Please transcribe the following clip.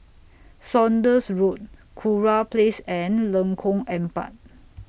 Saunders Road Kurau Place and Lengkong Empat